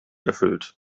erfüllt